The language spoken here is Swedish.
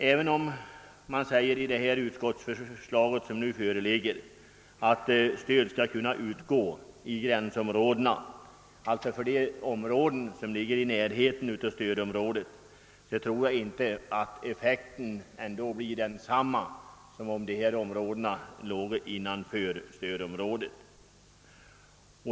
Även om i det utskottsförslag, som nu föreligger, sägs att stöd skall kunna utgå i gränsområdena — alltså de trakter som ligger i närheten av stödområdet — tror jag att effekten ändå inte blir densamma som om dessa låge innanför stödområdet.